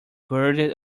buried